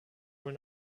wohl